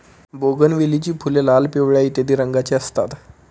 बोगनवेलीची फुले लाल, पिवळ्या इत्यादी रंगांची असतात